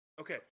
Okay